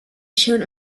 shown